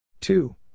Two